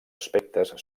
aspectes